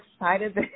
excited